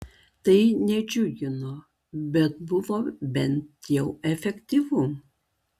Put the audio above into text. tai nedžiugino bet buvo bent jau efektyvu